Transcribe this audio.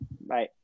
Bye